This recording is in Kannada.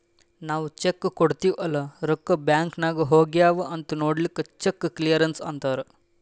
ನಾವ್ ಚೆಕ್ ಕೊಡ್ತಿವ್ ಅಲ್ಲಾ ರೊಕ್ಕಾ ಬ್ಯಾಂಕ್ ನಾಗ್ ಹೋಗ್ಯಾವ್ ಅಂತ್ ನೊಡ್ಲಕ್ ಚೆಕ್ ಕ್ಲಿಯರೆನ್ಸ್ ಅಂತ್ತಾರ್